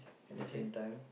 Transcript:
at the same time